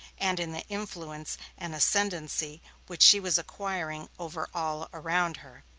and in the influence and ascendency which she was acquiring over all around her.